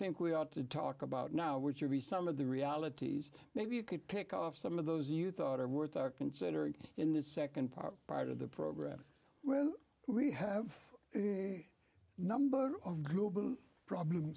think we ought to talk about now which would be some of the realities maybe you could pick off some of those you thought are worth are considering in the second part part of the program well we have a number of global problem